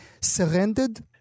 surrendered